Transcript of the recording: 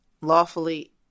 lawfully